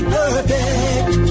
perfect